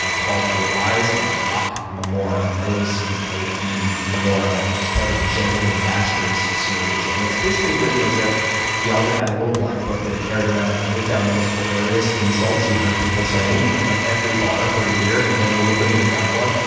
ah called the lies of locke lamora, l o c k e lamora, which is part of the gentlemen bastards series. and it's basically written as if the author had a little black book that he carried around and wrote down the most hilarious insults he heard people saying in like every bar for a year and then wove them into dialogue.